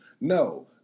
No